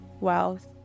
wealth